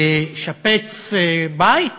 לשפץ בית